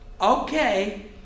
Okay